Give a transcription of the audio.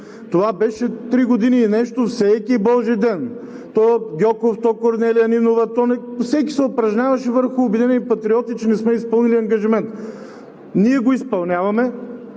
Това беше три години и нещо всеки божи ден – то Гьоков, то Корнелия Нинова, всеки се упражняваше върху „Обединени патриоти“, че не сме изпълнили ангажимента. Ние го изпълняваме